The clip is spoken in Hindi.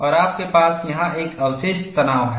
और आपके पास यहां एक अवशिष्ट तनाव है